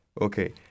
Okay